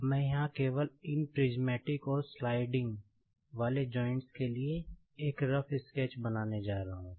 अब मैं यहाँ केवल इन प्रिस्मैटिक और स्लाइडिंग वाले जॉइंट्स के लिए एक रफ़ स्केच बनाने जा रहा हूँ